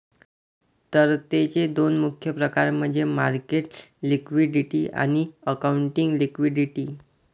तरलतेचे दोन मुख्य प्रकार म्हणजे मार्केट लिक्विडिटी आणि अकाउंटिंग लिक्विडिटी